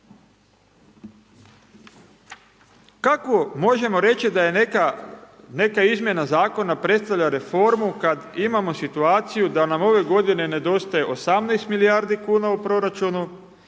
Kako možemo reći da je neka izmjena zakona predstavlja reformu, kada imamo situaciju da nam ove g. nedostaje 18 milijardi kn u proračunu,